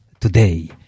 today